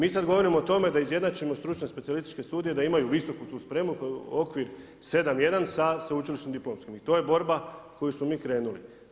I mi sad govorimo o tome da izjednačimo stručne specijalističke studije da imaju visoku tu spremu koja je okvir 7-1 sa sveučilišnim diplomskim i to je borba u koju smo mi krenuli.